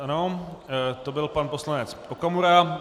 Ano, to byl pan poslanec Okamura.